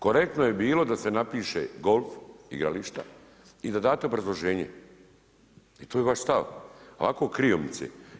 Korektno bi bilo da se napiše golf igrališta i da date obrazloženje i to je vaš stav, ovako kriomice.